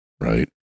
right